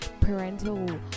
parental